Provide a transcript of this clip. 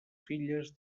filles